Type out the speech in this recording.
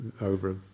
over